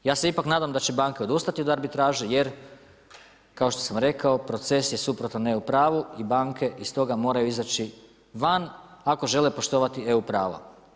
Ja se ipak nadam da će banke odustati od arbitraže, jer, kao što sam rekao, proces je suprotan EU pravu i banke iz toga moraju izaći van ako žele poštovati EU prava.